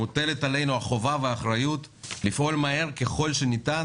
מוטלת עלינו החובה והאחריות לפעול מהר ככל הניתן